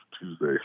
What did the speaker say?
Tuesday